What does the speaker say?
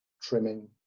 trimming